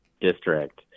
district